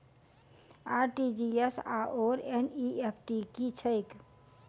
RTGS आओर NEFT की छैक?